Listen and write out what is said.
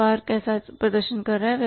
व्यापार कैसा प्रदर्शन कर रहा है